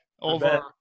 over